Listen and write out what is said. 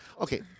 okay